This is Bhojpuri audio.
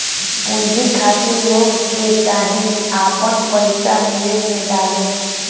पूंजी खातिर लोग के चाही की आपन पईसा निवेश में डाले